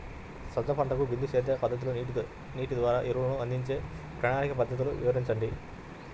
సజ్జ పంటకు బిందు సేద్య పద్ధతిలో నీటి ద్వారా ఎరువులను అందించే ప్రణాళిక పద్ధతులు వివరించండి?